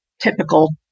typical